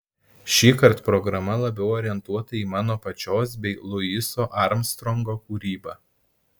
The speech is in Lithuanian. šįkart programa labiau orientuota į mano pačios bei luiso armstrongo kūrybą